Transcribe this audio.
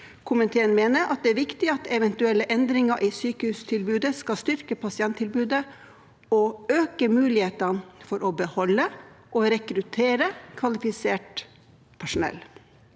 komiteen mener det er viktig at eventuelle endringer i sykehustilbudet skal styrke pasienttilbudet og øke mulighetene for å beholde og rekruttere kvalifisert personell.